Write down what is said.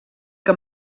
que